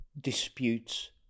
disputes